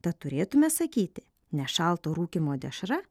tad turėtumėme sakyti ne šalto rūkymo dešra